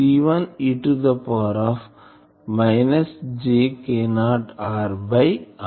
C1 e jkor r